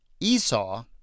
Esau